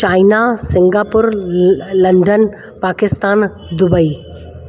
China Singapore London Pakistan Dubai